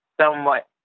somewhat